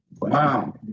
Wow